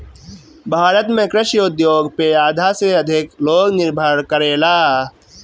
भारत में कृषि उद्योग पे आधा से अधिक लोग निर्भर करेला